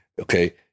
okay